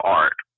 art